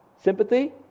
sympathy